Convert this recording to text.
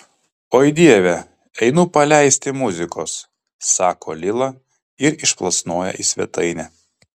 oi dieve einu paleisti muzikos sako lila ir išplasnoja į svetainę